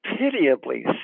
pitiably